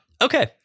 Okay